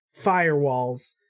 firewalls